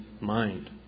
mind